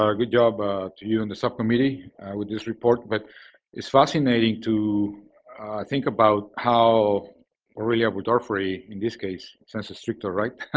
um good job ah to you and the subcommittee with this report. but it's fascinating to think about how borrelia burgdorferi, in this case sensu stricto, right,